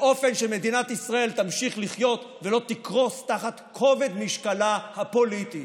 באופן שמדינת ישראל תמשיך לחיות ולא תקרוס תחת כובד משקלה הפוליטי.